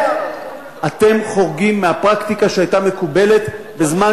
אתם חורגים מהפרקטיקה שהיתה מקובלת בזמן